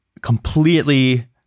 completely